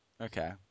Okay